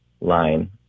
line